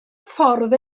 ffordd